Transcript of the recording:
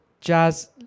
jazz